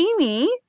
Amy